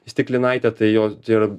stiklinaitę tai jo tai yra